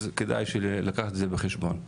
אז כדאי לקחת את זה בחשבון.